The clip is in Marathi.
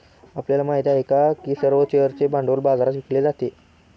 आपल्याला माहित आहे का की सर्व शेअर्सचे भांडवल बाजारात विकले जातात?